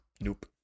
Nope